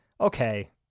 okay